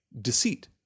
deceit